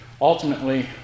ultimately